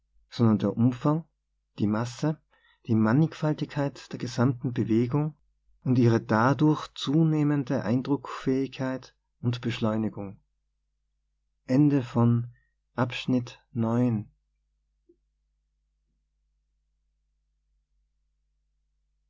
der umfang die masse die mannigfaltigkeit der gesamten bewegung und ihre dadurch zunehmende eindruckfähigkeit und be